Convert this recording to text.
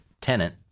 tenant